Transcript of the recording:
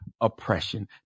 oppression